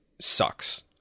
sucks